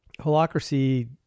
Holacracy